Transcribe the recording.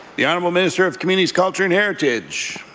the honourable minister of communities, culture and heritage.